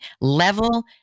level